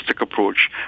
approach